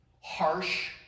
Harsh